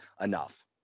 enough